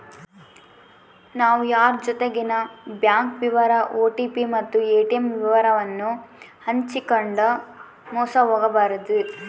ನಾವು ಯಾರ್ ಜೊತಿಗೆನ ಬ್ಯಾಂಕ್ ವಿವರ ಓ.ಟಿ.ಪಿ ಮತ್ತು ಏ.ಟಿ.ಮ್ ವಿವರವನ್ನು ಹಂಚಿಕಂಡು ಮೋಸ ಹೋಗಬಾರದು